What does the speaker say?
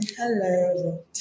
Hello